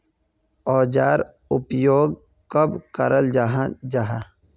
औजार उपयोग कब कराल जाहा जाहा?